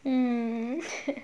mm